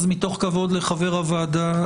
אז מתוך כבוד לחבר הוועדה,